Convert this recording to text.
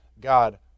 God